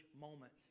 moment